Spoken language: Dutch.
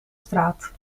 straat